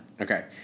Okay